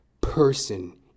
person